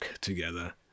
together